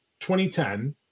2010